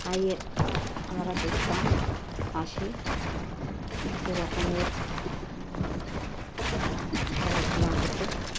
তাই আমরা দেখতাম পাশে কত রকমের খেলাধুলা হতো